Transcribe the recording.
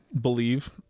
believe